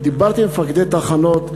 דיברתי עם מפקדי תחנות,